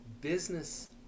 Business